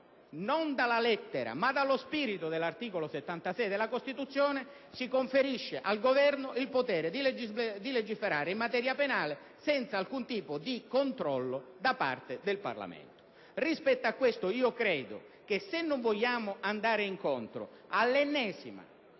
non dalla lettera, ma dallo spirito dell'articolo 76 della Costituzione - si conferisce al Governo il potere di legiferare in materia penale, senza alcun tipo di controllo da parte del Parlamento. Rispetto a questo, credo che, se non vogliamo andare incontro all'ennesima